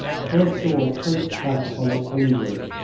a great door creaked back upon its hinges.